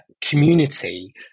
community